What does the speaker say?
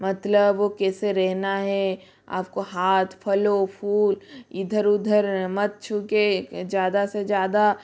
मतलब वह कैसे रहना है आपको हाथ फलों फूल इधर उधर मत छू कर ज़्यादा से ज़्यादा